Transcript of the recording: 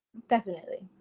definitely.